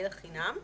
אלא חינם,